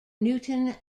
newton